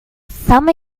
some